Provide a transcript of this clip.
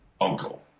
uncle